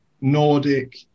Nordic